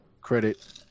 credit